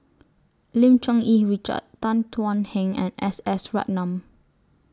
Lim Cherng Yih Richard Tan Thuan Heng and S S Ratnam